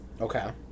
Okay